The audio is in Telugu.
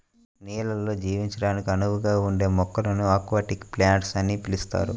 నీళ్ళల్లో జీవించడానికి అనువుగా ఉండే మొక్కలను అక్వాటిక్ ప్లాంట్స్ అని పిలుస్తారు